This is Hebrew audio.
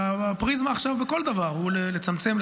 והפריזמה עכשיו בכל דבר היא לצמצם,